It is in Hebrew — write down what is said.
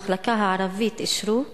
המחלקה הערבית, אישרו,